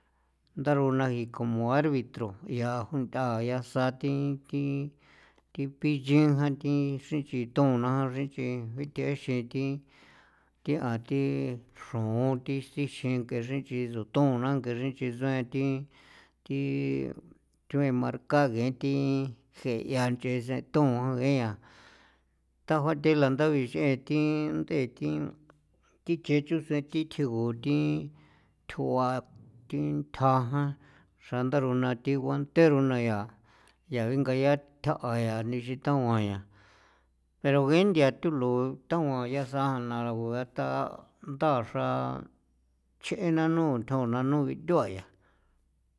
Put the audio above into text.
Ndarona jii como arbitro yaa junth'a yasa thi thi thi binxi jan thi xrinchitoo na xrinch'i bithexin thi thi a thi xroon thi sixin thi ng'e xrinchi soton na ng'e xrinch'i sen thi thi thue marka ngee thi je ya nche sen tongia tajuatheanla ta bix'ee thi ndee thi thi chee chuu sen thi tsigu thi tjoa thi thja jan xra ndarona thi guantero na yaa yaa jingayathja'a yaa ni xitauan yaa pero ngee nthia thulo taguan yaa sa xragua ta nda xra ch'ee nano bithja nano bithuayan.